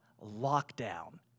lockdown